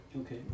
okay